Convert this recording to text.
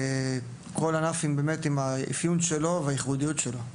כל ענף עם האפיון שלו והייחודיות שלו.